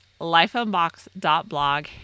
lifeunbox.blog